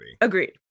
Agreed